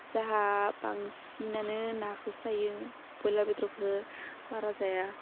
जोंहा बांसिनानो नाखौ जायो ब्रयलार बेदरखौ बारा जाया